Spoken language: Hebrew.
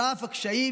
על אף הקשיים.